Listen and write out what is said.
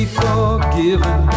forgiven